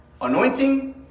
anointing